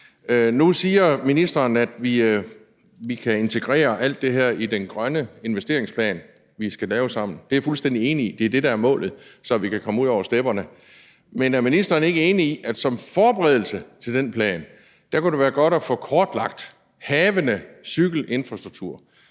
Nu siger ministeren, at vi kan integrere alt det her i den grønne investeringsplan, vi skal lave sammen. Det er jeg fuldstændig enig i; det er det, der er målet, så vi kan komme ud over stepperne. Men er ministeren ikke enig i, at som forberedelse til den plan kunne det være godt at få kortlagt den nuværende cykelinfrastruktur?